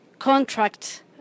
contract